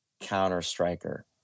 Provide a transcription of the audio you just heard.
counter-striker